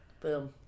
boom